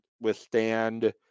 withstand